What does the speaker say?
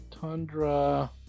Tundra